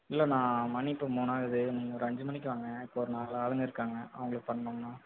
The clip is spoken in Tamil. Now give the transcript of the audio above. இல்லை நான் மணி இப்போ மூணு ஆகுது ஒரு அஞ்சு மணிக்கு வாங்க இப்போ ஒரு நாலு ஆளுங்க இருக்காங்க அவங்களுக்கு பண்ணணுண்ணா